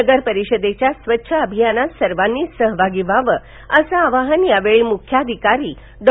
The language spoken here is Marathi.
नगर परिषदेच्या स्वच्छता अभियानात सर्वांनी सहभागी व्हावं असं आवाहन यावेळी मुख्याधिकारी डॉ